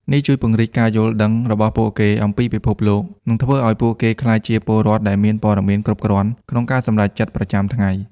នេះជួយពង្រីកការយល់ដឹងរបស់ពួកគេអំពីពិភពលោក និងធ្វើឲ្យពួកគេក្លាយជាពលរដ្ឋដែលមានព័ត៌មានគ្រប់គ្រាន់ក្នុងការសម្រេចចិត្តប្រចាំថ្ងៃ។